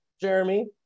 Jeremy